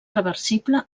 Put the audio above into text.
reversible